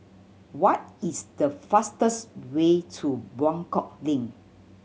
what is the fastest way to Buangkok Link